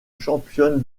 championne